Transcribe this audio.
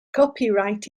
copyright